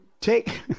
take